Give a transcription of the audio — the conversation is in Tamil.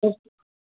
ஓ ஆ